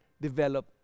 develop